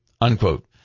unquote